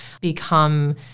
become